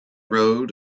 road